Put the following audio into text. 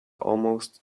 almost